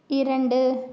இரண்டு